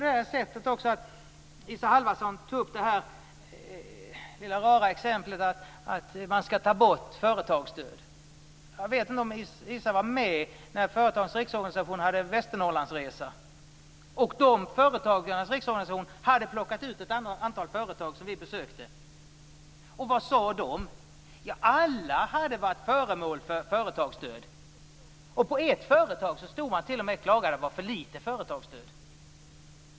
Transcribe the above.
Isa Halvarsson tog upp det lilla rara exemplet att man skall ta bort företagsstöd. Jag vet inte om Isa Halvarsson var med när Företagarnas Riksorganisation hade en resa till Västernorrland. De hade plockat ut ett antal företag som vi besökte. Vad sade de? Ja, alla hade varit föremål för företagsstöd. På ett företag stod man t.o.m. och klagade på att det var för litet företagsstöd.